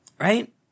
Right